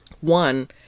One